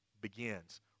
begins